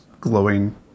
glowing